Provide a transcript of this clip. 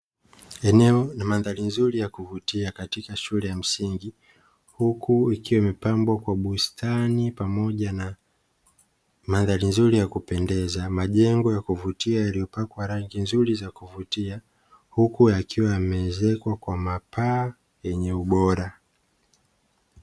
Eneo la mandhari nzuri ya kuvutia katika shule ya msingi huku ikiwa mipango kwa bustani pamoja na maandalizi ya kupendeza majengo ya kuvutia yaliyokopa rangi nzuri ya kuvutia huku yakiwa yameezekwa kwa ubora.